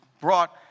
brought